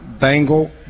bangle